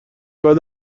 بعد